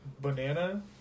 banana